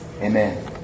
Amen